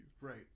Right